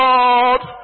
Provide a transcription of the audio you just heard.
Lord